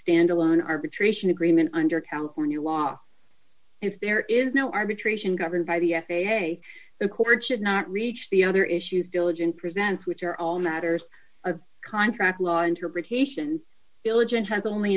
standalone arbitration agreement under california law if there is no arbitration governed by the f a a the court should not reach the other issues diligent presents which are all matters of contract law interpretation